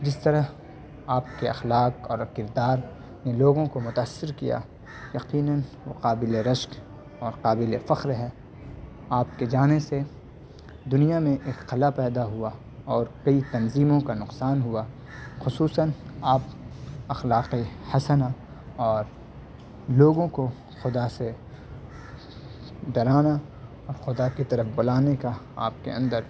جس طرح آپ کے اخلاق اور کردار نے لوگوں کو متأثر کیا یقننیاً وہ قابل رشک اور قابل فخر ہے آپ کے جانے سے دنیا میں ایک خلا پیدا ہوا اور کئی تنظیموں کا نقصان ہوا خصوصاً آپ اخلاق حسنہ اور لوگوں کو خدا سے ڈرانا اور خدا کی طرف بلانے کا آپ کے اندر